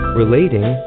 relating